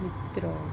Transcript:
મિત્ર